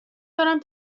دارم